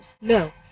no